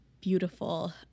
beautiful